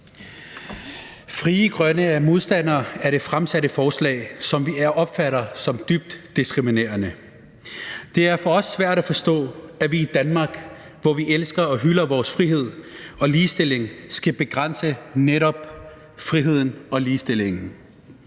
Frie Grønne er modstandere af det fremsatte forslag, som vi opfatter som dybt diskriminerende. Det er for os svært at forstå, at vi i Danmark, hvor vi elsker og hylder vores frihed og ligestilling, skal begrænse netop friheden og ligestillingen.